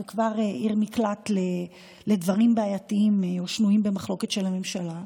זה כבר עיר מקלט לדברים בעייתיים או שנויים במחלוקת של הממשלה.